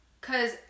Cause